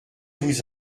vous